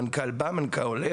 מנכ"ל בא והולך.